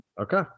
Okay